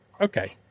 Okay